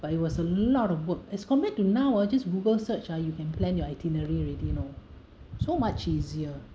but it was a lot of work as compared to now ah just google search ah you can plan your itinerary already you know so much easier